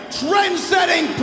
trend-setting